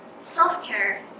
self-care